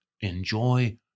enjoy